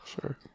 Sure